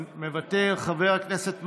מוותר, חבר הכנסת מרגי,